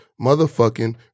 motherfucking